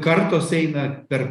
kartos eina per